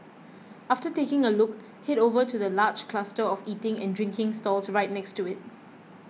after taking a look head over to the large cluster of eating and drinking stalls right next to it